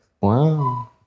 Wow